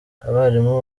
abarimu